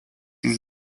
jis